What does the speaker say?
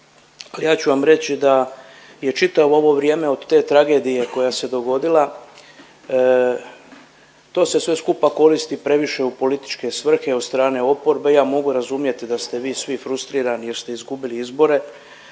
Ja ću vam reći da je čitavo ovo vrijeme od te tragedije koja se dogodila to se sve skupa koristi previše u političke svrhe od strane oporbe. Ja mogu razumjeti da ste vi svi frustrirani jer ste izgubili izbore,